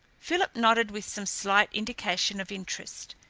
philip nodded with some slight indication of interest.